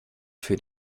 für